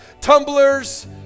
tumblers